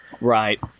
Right